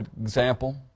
example